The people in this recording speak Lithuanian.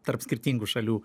tarp skirtingų šalių